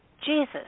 Jesus